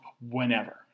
whenever